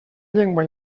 llengua